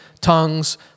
tongues